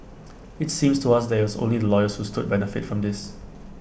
IT seems to us that IT was only the lawyers who stood benefit from this